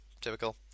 Typical